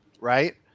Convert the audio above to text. right